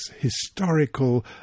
historical